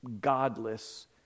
godless